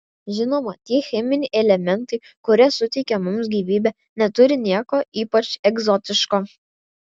žinoma tie cheminiai elementai kurie suteikia mums gyvybę neturi nieko ypač egzotiško